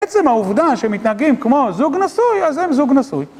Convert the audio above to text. עצם העובדה שמתנהגים כמו זוג נשוי, אז הם זוג נשוי.